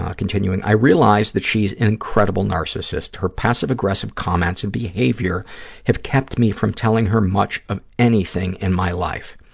ah continuing, i realize that she is an incredible narcissist. her passive-aggressive comments and behavior have kept me from telling her much of anything in my life.